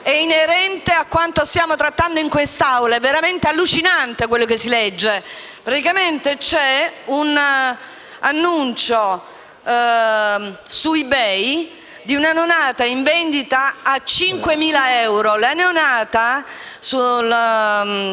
È inerente a quanto stiamo trattando quest'oggi; è veramente allucinante quello che si legge. Mi riferisco ad un annuncio su eBay, di una neonata in vendita a 5.000 euro.